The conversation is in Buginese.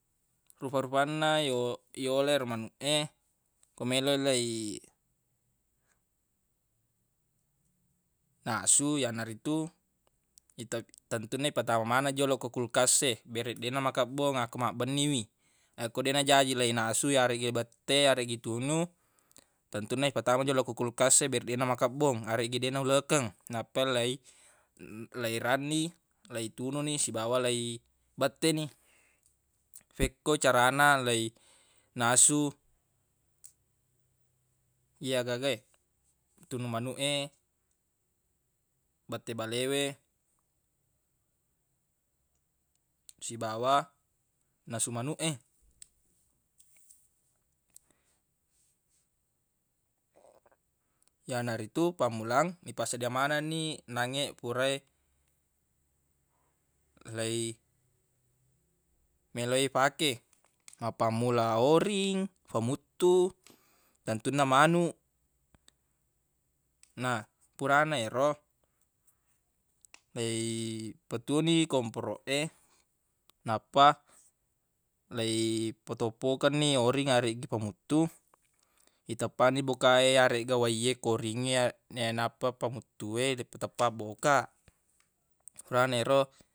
Rufa-rufanna yo- yolai ero manuq e ko meloq lei- nasu yanaritu itet- tentunna ipatamana joloq ko kulkas e bereq deq namakebbong akko mabbenni wi yakko deq najaji leinasu yareggi ibette yareggi itunu tentunna ifatama joloq ki kulkas e bereq deq namakebbong areggi deq naulekeng nappa lei- leiranni leitunu ni sibawa leibette ni fekko carana leinasu ye gaga e tunu manuq e bette bale we sibawa nasu manuq e yanaritu pammulang ipassedia manenni nangnge fura e lei- meloq e ifake mappammula oring famuttu tentunna manuq na purana yero leipetuwoni komporoq e nappa leipatoppokenni yoring yareggi famuttu iteppanni boka e yaregga wai e ko oringnge ya- nainappa pamuttu e leiteppang boka furana yero.